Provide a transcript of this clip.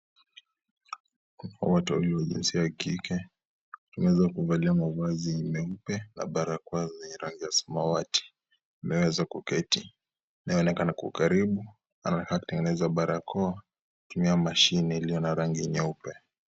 Watu wawili wa jinsia ya kike wamevalia mavazi meupe na barokoa zenye rangi ya samawati wameweza kuketi. Wanaonekana kwa karibu wanatengeneza barakoa kutumia mashine iliyo na rangi nyeupe.